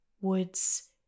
woods